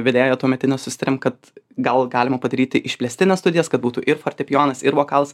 vedėja tuometine susitarėm kad gal galima padaryti išplėstines studijas kad būtų ir fortepijonas ir vokalas